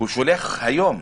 הוא שולח היום,